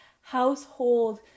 household